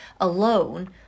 alone